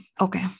Okay